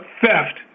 theft